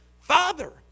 father